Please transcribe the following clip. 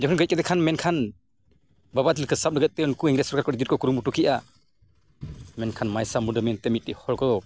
ᱡᱚᱠᱷᱚᱱ ᱜᱚᱡ ᱠᱮᱫᱮ ᱠᱷᱟᱱ ᱢᱮᱱᱠᱷᱟᱱ ᱵᱟᱵᱟ ᱛᱤᱞᱠᱟᱹ ᱥᱟᱵ ᱞᱟᱹᱜᱤᱫ ᱛᱮ ᱩᱱᱠᱩ ᱤᱝᱨᱮᱹᱡᱽ ᱥᱚᱨᱠᱟᱨ ᱠᱚ ᱟᱹᱰᱤ ᱠᱚ ᱠᱩᱨᱩᱢᱩᱴᱩ ᱠᱮᱜᱼᱟ ᱢᱮᱱᱠᱷᱟᱱ ᱢᱟᱭᱥᱟ ᱢᱩᱱᱰᱟᱹ ᱢᱮᱱᱛᱮ ᱢᱤᱫᱴᱮᱡ ᱦᱚᱲ ᱠᱚ